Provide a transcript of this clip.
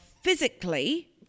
physically